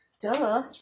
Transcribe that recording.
Duh